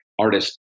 artist